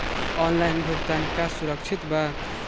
Online भुगतान का सुरक्षित बा?